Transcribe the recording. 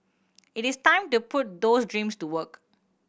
it is time to put those dreams to work